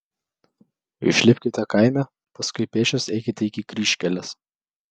išlipkite kaime paskui pėsčias eikite iki kryžkelės